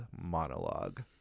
monologue